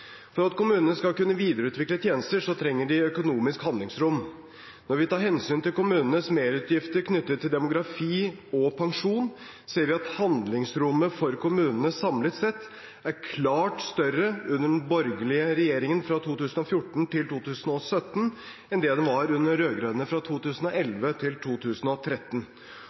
For at kommunene skal kunne videreutvikle tjenestene, trenger de økonomisk handlingsrom. Når vi tar hensyn til kommunenes merutgifter knyttet til demografi og pensjon, ser vi at handlingsrommet for kommunene samlet sett er klart større under den borgerlige regjeringen fra 2014 til 2017 enn det var under den rød-grønne fra 2011 til 2013.